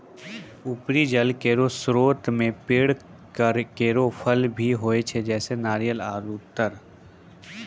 उपरी जल केरो स्रोत म पेड़ केरो फल भी होय छै, जैसें नारियल आरु तार